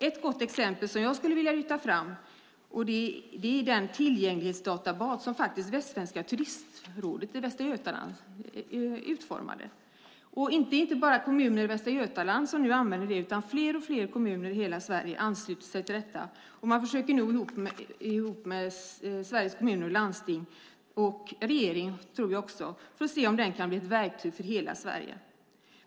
Ett gott exempel som jag vill lyfta fram är den tillgänglighetsdatabas som Västsvenska Turistrådet i Västra Götaland har utformat. Inte bara kommuner i Västra Götaland använder databasen utan fler och fler kommuner i hela Sverige ansluter sig. Man försöker nu tillsammans med Sveriges Kommuner och Landsting och regeringen se om databasen kan bli ett verktyg för hela Sverige.